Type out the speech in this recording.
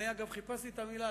אגב, חיפשתי את המלה.